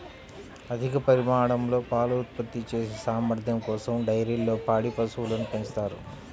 అధిక పరిమాణంలో పాలు ఉత్పత్తి చేసే సామర్థ్యం కోసం డైరీల్లో పాడి పశువులను పెంచుతారు